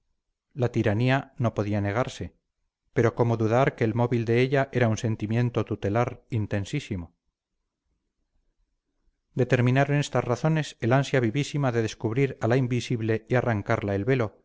la tiranía no podía negarse pero cómo dudar que el móvil de ella era un sentimiento tutelar intensísimo determinaron estas razones el ansia vivísima de descubrir a la invisible y arrancarla el velo